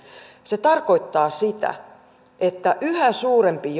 se tarkoittaa sitä että yhä suurempi